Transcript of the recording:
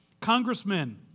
congressmen